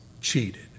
cheated